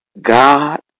God